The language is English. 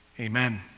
Amen